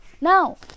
Now